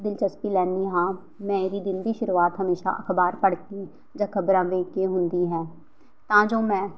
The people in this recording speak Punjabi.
ਦਿਲਚਸਪੀ ਲੈਂਦੀ ਹਾਂ ਮੇਰੀ ਦਿਨ ਦੀ ਸ਼ੁਰੂਆਤ ਹਮੇਸ਼ਾ ਅਖ਼ਬਾਰ ਪੜ੍ਹ ਕੇ ਜਾ ਖ਼ਬਰਾਂ ਦੇਖ ਕੇ ਹੁੰਦੀ ਹੈ ਤਾਂ ਜੋ ਮੈਂ